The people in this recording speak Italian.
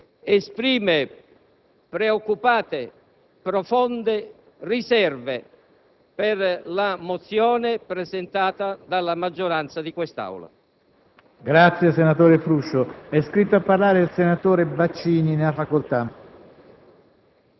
Ha ragione il ministro Parisi quando afferma, come ha fatto in quest'Aula, che l'assenza di un tale quadro «non permette a nessun Governo di reggere nel tempo».